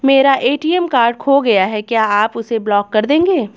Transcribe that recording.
मेरा ATM card खो गया है क्या आप उसे ब्लॉक कर देंगे?